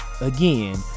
again